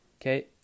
Okay